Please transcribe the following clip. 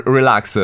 relax